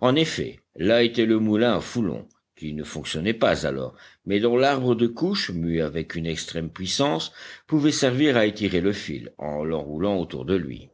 en effet là était le moulin à foulon qui ne fonctionnait pas alors mais dont l'arbre de couche mû avec une extrême puissance pouvait servir à étirer le fil en l'enroulant autour de lui